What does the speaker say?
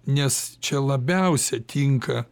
nes čia labiausia tinka